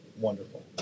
wonderful